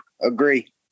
agree